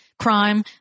Crime